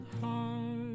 heart